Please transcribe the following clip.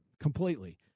completely